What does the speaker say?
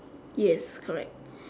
yes correct